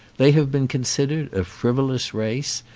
they have been considered a frivolous race,